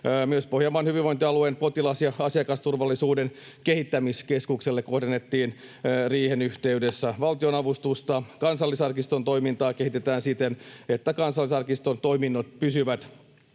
Myös Pohjanmaan hyvinvointialueen potilas- ja asiakasturvallisuuden kehittämiskeskukselle kohdennettiin riihen yhteydessä valtionavustusta. Kansallisarkiston toimintaa kehitetään siten, että Kansallisarkiston toiminnot pysyvät